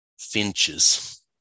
finches